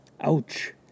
Ouch